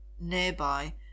nearby